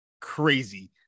crazy